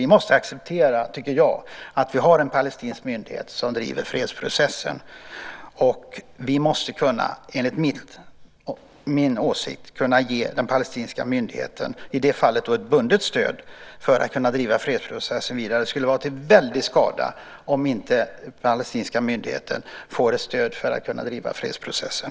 Vi måste acceptera, tycker jag, att vi har en palestinsk myndighet som driver fredsprocessen. Och vi måste, enligt min åsikt, kunna ge den palestinska myndigheten i det fallet ett bundet stöd för att kunna driva fredsprocessen vidare. Det skulle vara till väldig skada om inte den palestinska myndigheten får det stödet för att kunna driva fredsprocessen.